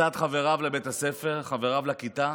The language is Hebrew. מצד חבריו לבית הספר, חבריו לכיתה?